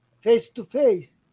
face-to-face